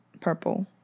purple